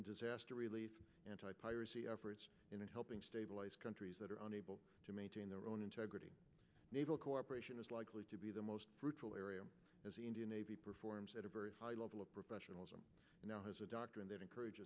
in disaster relief anti piracy efforts in helping stabilize countries that are unable to maintain their own integrity naval cooperation is likely to be the most fruitful area as the indian navy performs at a very high level of professionalism and now has a doctrine that encourage